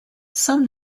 some